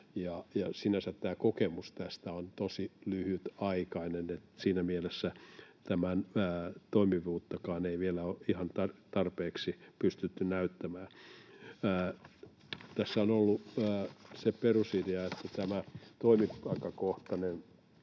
Sinänsä tämä kokemus tästä on tosi lyhytaikainen. Siinä mielessä tämän toimivuuttakaan ei vielä ole ihan tarpeeksi pystytty näyttämään. Tässä on ollut se perusidea, että tämä toimipaikkakohtainen